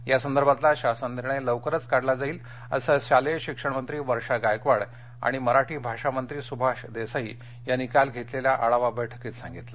यासंदर्भातला शासन निर्णय लवकरच काढला जाईल असं शालेय शिक्षण मंत्री वर्षा गायकवाड आणि मराठी भाषा मंत्री सुभाष देसाई यांनी काल घेतलेल्या आढावा बैठकीत सांगितलं